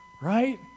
right